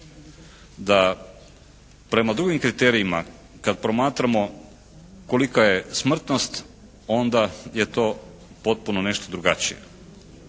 da prema drugim kriterijima kad promatramo kolika je smrtnost onda je to potpuno nešto drugačije.